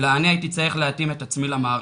אלא אני הייתי צריך להתאים את עצמי למערכת.